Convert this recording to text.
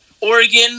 Oregon